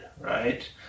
right